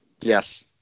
yes